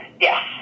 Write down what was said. Yes